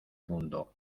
mundo